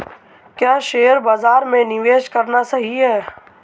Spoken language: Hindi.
क्या शेयर बाज़ार में निवेश करना सही है?